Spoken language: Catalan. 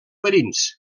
verins